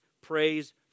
praise